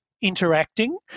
interacting